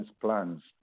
plans